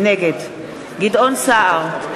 נגד גדעון סער,